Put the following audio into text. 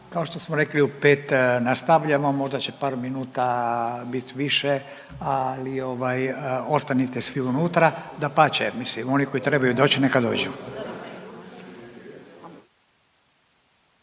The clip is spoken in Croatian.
Kao što smo rekli u 5 nastavljamo, možda će par minuta biti više, ali ovaj ostanite svi unutra. Dapače, mislim oni koji trebaju doći neka dođu.